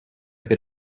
bit